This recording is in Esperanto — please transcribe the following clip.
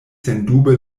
sendube